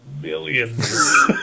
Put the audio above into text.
millions